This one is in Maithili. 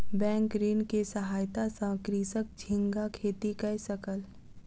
बैंक ऋण के सहायता सॅ कृषक झींगा खेती कय सकल